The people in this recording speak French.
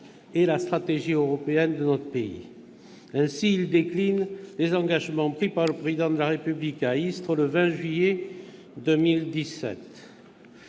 et la stratégie européenne de notre pays. Ainsi, il décline les engagements pris par le Président de la République à Istres, le 20 juillet 2017.